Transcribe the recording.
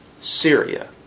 Syria